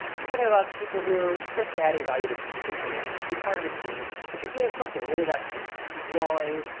he's talking about people who are essentially adding value to to information. you can be a part of the team but you're doing some thing whether that's drawing,